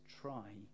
try